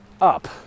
up